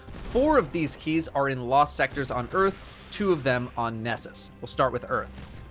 four of these keys are in lost sectors on earth, two of them on nessus. we'll start with earth.